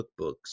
cookbooks